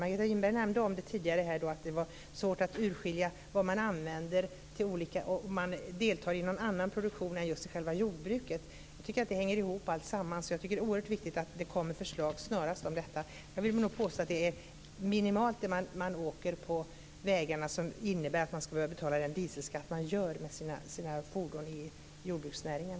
Margareta Winberg nämnde tidigare att det är svårt att urskilja vad man använder för olika saker om man deltar i någon annan produktion än just själva jordbruket. Jag tycker att det hänger ihop alltsammans, och jag tycker att det är oerhört viktigt att det snarast kommer förslag om detta. Jag vill nog påstå att det är i minimal utsträckning som man åker på vägarna. Det är ju det som gör att man tvingas betala den dieselskatt som man gör för sina fordon i jordbruksnäringen.